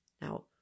now